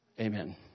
Amen